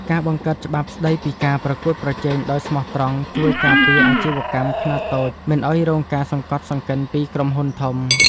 ការបង្កើតច្បាប់ស្តីពីការប្រកួតប្រជែងដោយស្មោះត្រង់ជួយការពារអាជីវកម្មខ្នាតតូចមិនឱ្យរងការសង្កត់សង្កិនពីក្រុមហ៊ុនធំ។